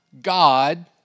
God